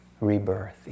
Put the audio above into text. rebirth